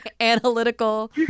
analytical